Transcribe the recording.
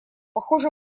похоже